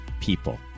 people